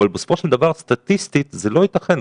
אבל בסופו של דבר סטטיסטית זה לא יתכן.